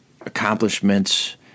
accomplishments